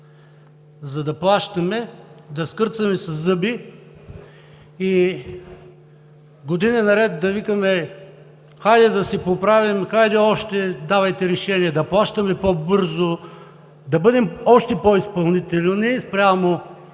за да плащаме, да скърцаме със зъби и години наред да викаме: „Хайде да се поправим, хайде още, давайте решения, да плащаме по-бързо, да бъдем още по-изпълнителни спрямо